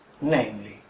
namely